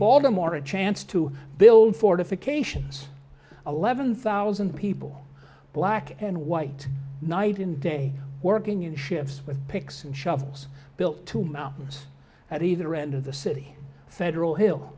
baltimore a chance to build fortifications eleven thousand people black and white night in day working in shifts with picks and shovels built to mountains at either end of the city federal hill